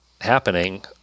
happening